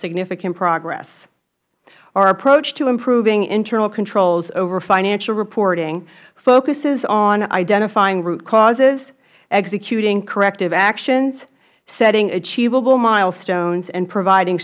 significant progress our approach to improving internal controls over financial reporting focuses on identifying root causes executing corrective actions setting achievable milestones and providing